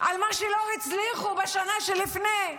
על מה שלא הצליחו בשנה שלפני.